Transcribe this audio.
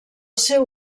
seu